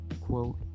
quote